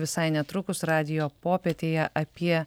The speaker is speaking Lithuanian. visai netrukus radijo popietėje apie